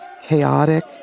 chaotic